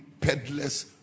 peddlers